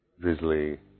drizzly